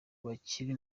bakiri